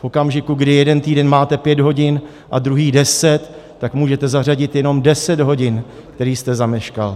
V okamžiku, kdy jeden týden máte pět hodin a druhý deset, tak můžete zařadit jenom deset hodin, které jste zameškal.